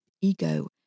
ego